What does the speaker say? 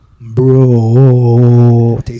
bro